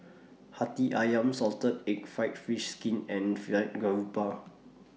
Hati Ayam Salted Egg Fried Fish Skin and Fried Garoupa